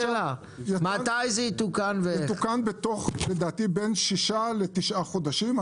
זה יתוקן בתוך בין שישה לתשעה חודשים.